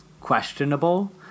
questionable